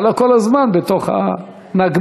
אבל לא כל הזמן בתוך הנגמ"ש,